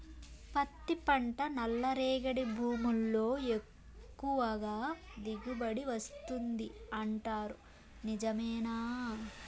పత్తి పంట నల్లరేగడి భూముల్లో ఎక్కువగా దిగుబడి వస్తుంది అంటారు నిజమేనా